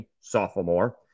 sophomore